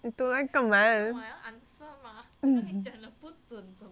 你读来干嘛